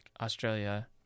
australia